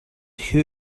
who